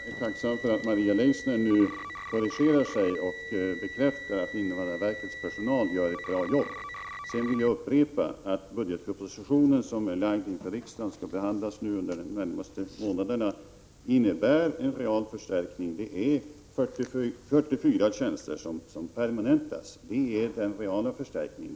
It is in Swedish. Herr talman! Jag är tacksam för att Maria Leissner nu korrigerar sig och bekräftar att invandrarverkets personal gör ett bra jobb. Sedan vill jag upprepa att budgetpropositionen som är framlagd inför riksdagen och som skall behandlas under de närmaste månaderna innebär en real förstärkning. 44 tjänster permanentas, och det är en real förstärkning.